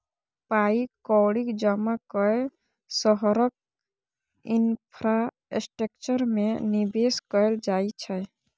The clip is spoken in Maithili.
पाइ कौड़ीक जमा कए शहरक इंफ्रास्ट्रक्चर मे निबेश कयल जाइ छै